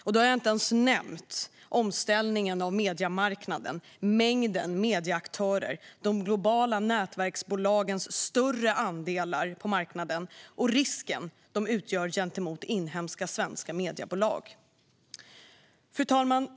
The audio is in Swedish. Och då har jag inte ens nämnt omställningen på mediemarknaden - mängden medieaktörer, de globala nätverksbolagens allt större marknadsandelar och risken de utgör gentemot inhemska, svenska mediebolag. Fru talman!